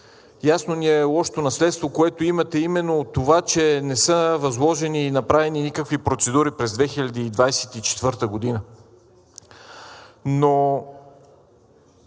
Ясно ни е лошото наследство, което имате именно от това, че не са възложени и направени никакви процедури през 2024 г. Но